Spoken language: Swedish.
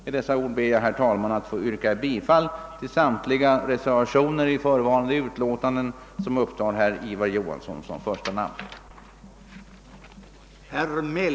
Med dessa ord ber jag, herr talman, att få yrka bifall till samtliga de reservationer i förevarande utlåtanden vid vilka herr Ivar Johansson m.fl. centerpartiledamöter står antecknade.